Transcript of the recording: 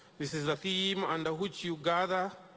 this is the theme under which you gather,